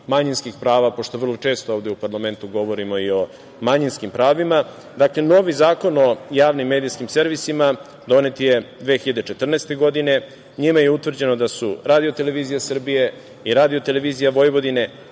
manjinskih prava, pošto vrlo često ovde u parlamentu govorimo i o manjinskim pravima. Dakle, novi Zakon o javnim medijskim servisima donet je 2014. godine. Njime je utvrđeno da su RTS i RTV javni medijski servisi, čija je